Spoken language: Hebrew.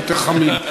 יותר חמים.